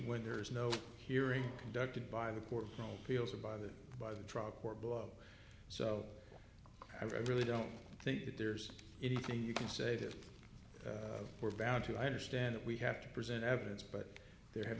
when there is no hearing conducted by the court no feels or by the by the truck or blow so i really don't think that there's anything you can say that we're bound to understand that we have to present evidence but there have